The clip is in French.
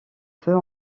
peut